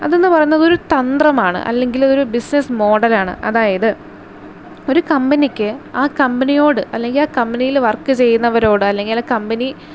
അതെന്ന് പറയുന്നത് ഒരു തന്ത്രമാണ് അല്ലെങ്കിൽ ഒരു ബിസിനസ്സ് മോഡലാണ് അതായത് ഒരു കമ്പനിക്ക് ആ കമ്പനിയോട് അല്ലെങ്കിൽ ആ കമ്പനിയിൽ വർക്ക് ചെയ്യുന്നവരോട് അല്ലെങ്കിൽ ആ കമ്പനി